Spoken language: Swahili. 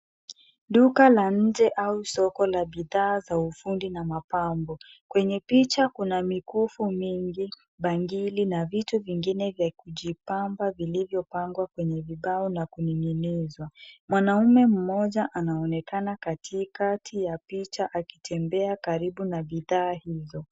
Duka la nje au soko la bidhaa za ufundi na mapambo. Kwenye picha kuna mikufu mingi, bangili na vitu vingine vya kujipamba vilivyopangwa kwenye vibao na kuning'inizwa. Mwanamume mmoja anaonekana katikati ya picha akitembea karibu na bidhaa hizo.